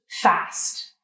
fast